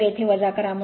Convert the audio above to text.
तर येथे वजा करा